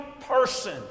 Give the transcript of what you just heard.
person